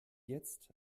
jetzt